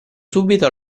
subito